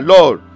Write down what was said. Lord